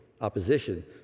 opposition